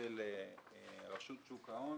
של רשות שוק ההון